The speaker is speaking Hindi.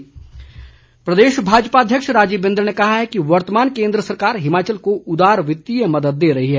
बिंदल प्रदेश भाजपा अध्यक्ष राजीव बिंदल ने कहा है कि वर्तमान केंद्र सरकार हिमाचल को उदार वित्तीय मदद दे रही है